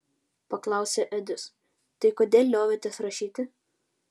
paklausė edis tai kodėl liovėtės rašyti